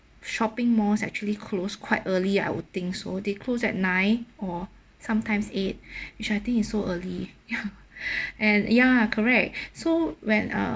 shopping malls actually close quite early I would think so they close at nine or sometimes eight which I think is so early ya and ya correct so when ah